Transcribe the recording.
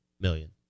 million